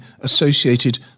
associated